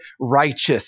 righteous